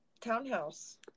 townhouse